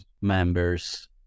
members